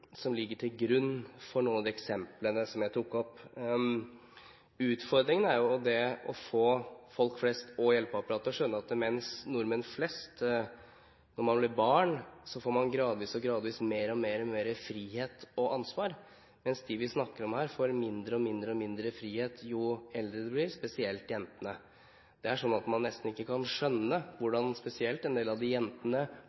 som ligger til grunn for noen av de eksemplene som jeg tok opp. Utfordringen er å få folk flest og hjelpeapparatet til å skjønne at mens nordmenn flest, når de er barn, gradvis får mer og mer frihet og ansvar, får de vi snakker om her, mindre og mindre frihet jo eldre de blir – spesielt jentene. Det er sånn at man nesten ikke kan skjønne